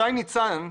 שי ניצן,